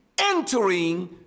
entering